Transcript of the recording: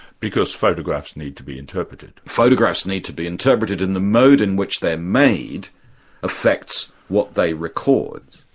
because photographs need to be interpreted? photographs need to be interpreted and the mode in which they're made affects what they record.